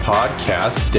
Podcast